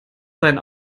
sein